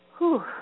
Whew